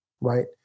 right